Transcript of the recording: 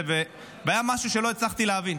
והיה משהו שלא הצלחתי להבין,